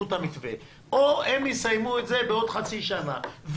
את המתווה או הם יסיימו את זה בעוד חצי שנה,